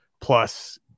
plus